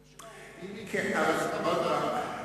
ושם העובדים הגיעו להסכמה ולהבנה.